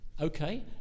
Okay